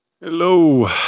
hello